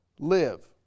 Live